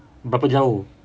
berapa jauh